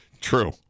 True